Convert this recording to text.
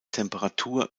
temperatur